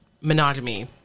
monogamy